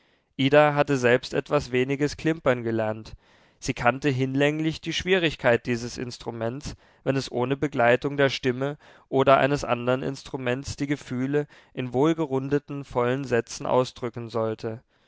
ida hatte selbst etwas weniges klimpern gelernt sie kannte hinlänglich die schwierigkeit dieses instruments wenn es ohne begleitung der stimme oder eines andern instruments die gefühle in wohlgerundeten vollen sätzen ausdrücken sollte